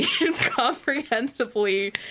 incomprehensibly